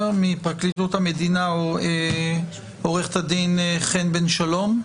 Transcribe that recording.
מפרקליטות המדינה עו"ד חן בן שלום,